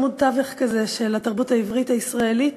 עמוד תווך כזה של התרבות העברית הישראלית